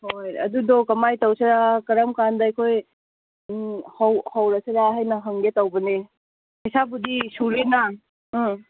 ꯍꯣꯏ ꯑꯗꯨꯗꯣ ꯀꯃꯥꯏꯅ ꯇꯧꯁꯤꯔꯥ ꯀꯔꯝ ꯀꯥꯟꯗ ꯑꯩꯈꯣꯏ ꯍꯧꯔꯁꯤꯔꯥ ꯍꯥꯏꯅ ꯍꯪꯒꯦ ꯇꯧꯕꯅꯦ ꯄꯩꯁꯥꯕꯨꯗꯤ ꯁꯨꯔꯦꯅ ꯎꯝ